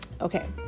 okay